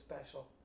special